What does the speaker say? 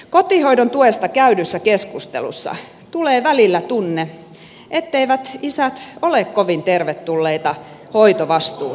kotihoidon tuesta käydyssä keskustelussa tulee välillä tunne etteivät isät ole kovin tervetulleita hoitovastuun kantajiksi